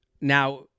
Now